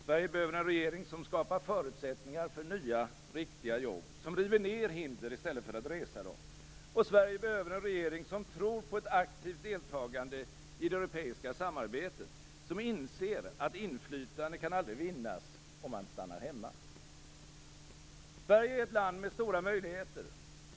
Sverige behöver en regering som skapar förutsättningar för nya riktiga jobb - som river ner hinder i stället för att resa dem. Sverige behöver en regering som tror på ett aktivt deltagande i det europeiska samarbetet - som inser att inflytande aldrig kan vinnas om man stannar hemma. Sverige är ett land med stora möjligheter.